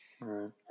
right